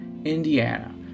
Indiana